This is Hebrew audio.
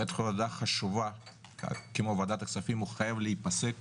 בטח ועדה חשובה כמו ועדת הכספים חייב להפסק